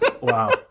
Wow